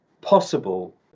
possible